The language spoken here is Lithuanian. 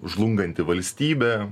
žlunganti valstybė